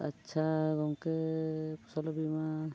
ᱟᱪᱪᱷᱟ ᱜᱚᱢᱠᱮ ᱯᱷᱚᱥᱚᱞ ᱵᱤᱢᱟ